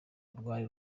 rwari